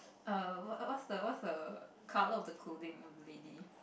err what's the what's the color of the clothing of the lady